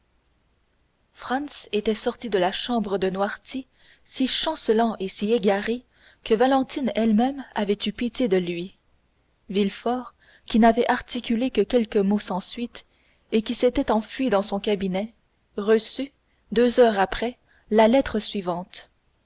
franz était sorti de la chambre de noirtier si chancelant et si égaré que valentine elle-même avait eu pitié de lui villefort qui n'avait articulé que quelques mots sans suite et qui s'était enfui dans son cabinet reçut deux heures après la lettre suivante